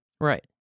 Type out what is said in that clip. Right